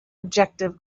objective